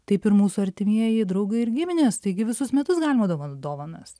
taip ir mūsų artimieji draugai ir giminės taigi visus metus galima dovan dovanas